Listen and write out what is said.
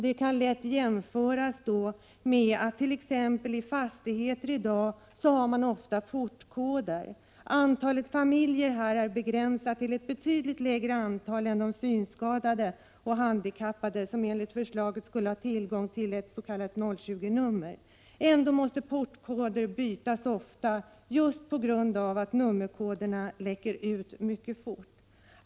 Det här kan jämföras med t.ex. de portkoder som finns i en del fastigheter, där antalet familjer dock är betydligt mindre än antalet synskadade och handikappade som, enligt förslaget, skulle ha tillgång till ett s.k. 020-nummer. Portkoderna måste ändå bytas ut ofta, just på grund av att nummerkoderna läcker ut mycket fort.